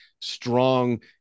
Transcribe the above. strong